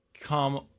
come